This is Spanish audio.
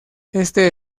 este